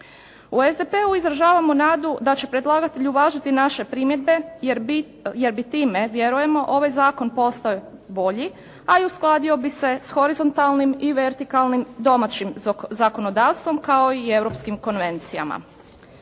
U SDP-u izražavamo nadu da će predlagatelj uvažiti naše primjedbe jer bi time vjerujemo ovaj zakon postao bolji a i uskladio bi se sa horizontalnim i vertikalnim domaćim zakonodavstvom kao i europskim konvencijama.